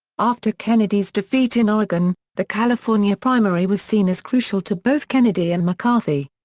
after kennedy's defeat in oregon, the california primary was seen as crucial to both kennedy and mccarthy.